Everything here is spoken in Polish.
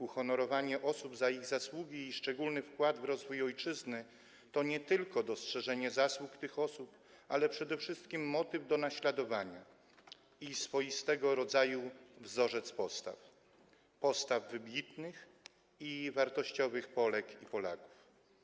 Uhonorowanie osób za ich zasługi i szczególny wkład w rozwój ojczyzny to dostrzeżenie nie tylko ich zasług, ale przede wszystkim motywu do naśladowania i swoistego rodzaju wzorca postaw, postaw wybitnych i wartościowych Polek i Polaków.